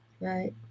Right